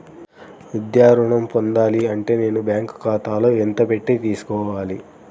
విద్యా ఋణం పొందాలి అంటే నేను బ్యాంకు ఖాతాలో ఎంత పెట్టి తీసుకోవాలి?